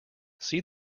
see